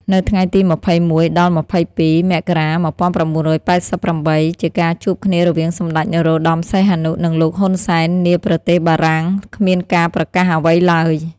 នៅថ្ងៃទី២១-២២ មករា ១៩៨៨ ជាការជួបគ្នារវាងសម្ដេច នរោត្តមសីហនុ និងលោក ហ៊ុនសែន នាប្រទេសបារាំង គ្មានការប្រកាសអ្វីឡើយ។